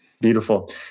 beautiful